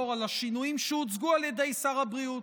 על השינויים שהוצגו על ידי שר הבריאות,